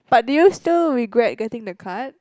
but did you still regret getting the card